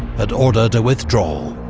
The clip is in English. had ordered a withdrawal.